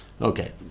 Okay